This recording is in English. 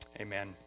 amen